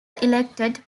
elected